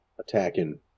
attacking